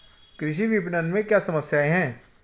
कृषि विपणन में क्या समस्याएँ हैं?